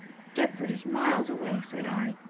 deptford is miles away, said i.